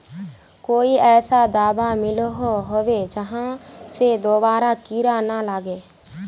कोई ऐसा दाबा मिलोहो होबे जहा से दोबारा कीड़ा ना लागे?